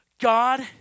God